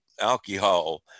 alcohol